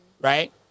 Right